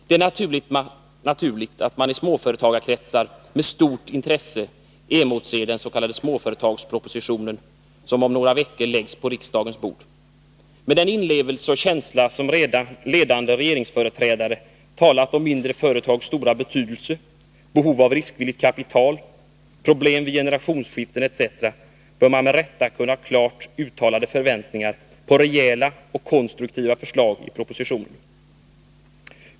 Det är naturligt att man i småföretagarkretsar med stort intresse emotser den s.k. småföretagspropositionen, som om några veckor läggs på riksdagens bord. Med tanke på den inlevelse och känsla som ledande regeringsföreträdare talat med när det gällt mindre företags stora betydelse, behov av riskvilligt kapital, problem vid generationsskiften etc. bör man med rätta kunna ha klart uttalade förväntningar på rejäla och konstruktiva förslag i propositionen.